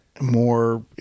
more